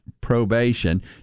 probation